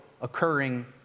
occurring